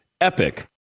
epic